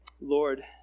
Lord